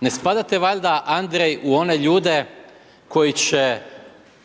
Ne spadate valjda Andrej u one ljude koji će